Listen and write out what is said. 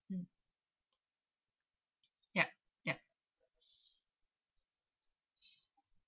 mm yup yup